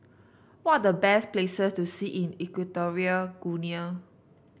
what are the best places to see in Equatorial Guinea